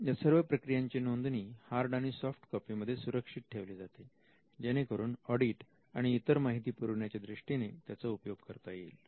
या सर्व प्रक्रियांची नोंदणी हार्ड आणि सॉफ्ट कॉपी मध्ये सुरक्षित ठेवली जाते जेणेकरून ऑडिट आणि इतर माहिती पुरवण्याच्या दृष्टीने त्याचा उपयोग करता येईल